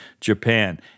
Japan